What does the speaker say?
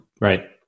Right